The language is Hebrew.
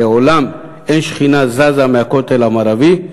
לעולם אין שכינה זזה מהכותל המערבי",